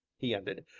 he ended,